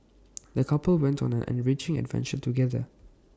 the couple went on an enriching adventure together